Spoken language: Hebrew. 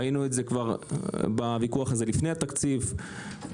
ראינו את זה כבר בוויכוח הזה לפני התקציב כשאמרנו